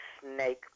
snake